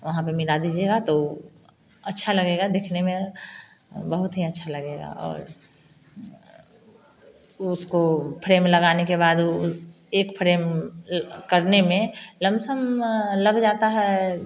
वहाँ पर मिला दीजिएगा तो अच्छा लगेगा दिखने में बहुत ही अच्छा लगेगा और उसको फ्रेम लगाने के बाद एक फ्रेम करने में लम्प सम लग जाता है